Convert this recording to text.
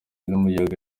n’umuyaga